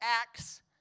acts